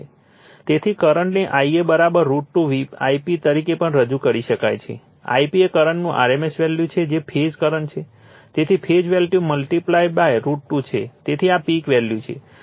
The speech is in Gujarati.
તેથી કરંટને Ia √ 2 Ip તરીકે પણ રજૂ કરી શકાય છે Ip એ કરંટનું rms વેલ્યુ છે જે ફેઝ કરંટ છે તેથી ફેઝ વેલ્યુ મલ્ટીપ્લાઇડ √ 2 છે તેથી આ પીક વેલ્યુ છે અને તે સ્ટાર કનેક્ટેડ છે